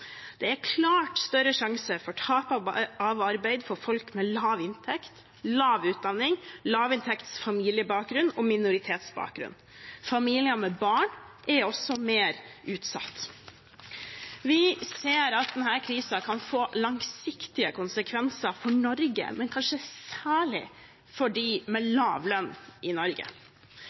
Det er klart større risiko for tap av arbeid for folk med lav inntekt, lav utdanning, lavinntektsfamiliebakgrunn og minoritetsbakgrunn. Familier med barn er også mer utsatt. Vi ser at denne krisen kan få langsiktige konsekvenser for Norge, men kanskje særlig for dem med lav lønn i Norge.